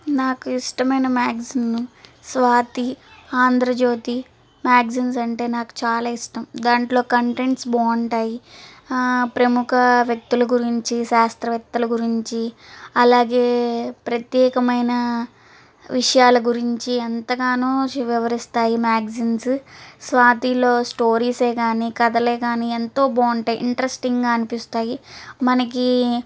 నాకు ఇష్టమైన మ్యాగ్జిన్ను స్వాతి ఆంధ్రజ్యోతి మ్యాగ్జిన్స్ అంటే నాకు చాలా ఇష్టం దాంట్లో కంటెంట్స్ బాగుంటాయి ప్రముఖ వ్యక్తుల గురించి శాస్త్రవేత్తల గురించి అలాగే ప్రత్యేకమైన విషయాల గురించి ఎంతగానో వివరిస్తాయి మ్యాగ్జిన్స్ స్వాతిలో స్టోరీస్సే కానీ కదలే కానీ ఎంతో బాగుంటాయి ఇంట్రెస్టింగా అనిపిస్తాయి మనకి